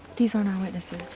these aren't our witnesses.